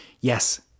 Yes